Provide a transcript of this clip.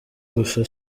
gusa